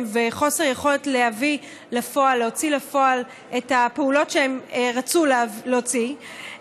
וחוסר יכולת להוציא לפועל את הפעולות שהן רצו להוציא,